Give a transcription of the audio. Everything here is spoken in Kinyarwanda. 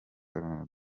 iharanira